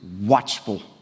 watchful